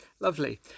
Lovely